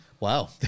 Wow